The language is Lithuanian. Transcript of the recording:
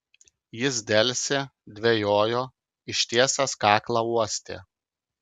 jis delsė dvejojo ištiesęs kaklą uostė